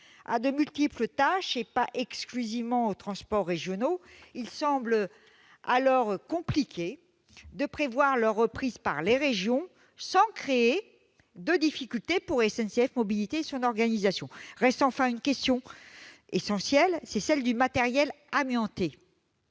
à de multiples tâches, et pas exclusivement aux transports régionaux. Il semble dès lors qu'il soit compliqué de prévoir leur reprise par les régions sans créer de difficultés pour l'organisation de SNCF Mobilités. Reste enfin une question essentielle, celle du matériel amianté.